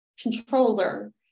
controller